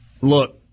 look